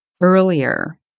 earlier